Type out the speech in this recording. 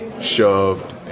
shoved